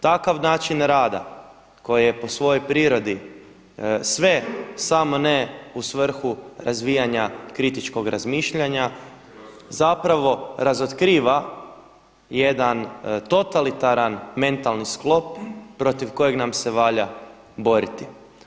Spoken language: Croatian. Takav način rada koji je po svojoj prirodi sve samo ne u svrhu razvijanja kritičnog razmišljanja zapravo razotkriva jedan totalitaran mentalni sklop protiv kojeg nam se valja boriti.